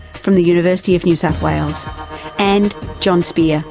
from the university of new south wales and john spoehr, yeah